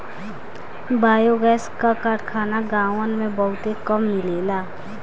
biogas क कारखाना गांवन में बहुते कम मिलेला